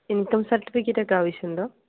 income സെർട്ടിഫിക്കറ്റൊക്കെ ആവശ്യമുണ്ടൊ